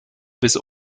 bis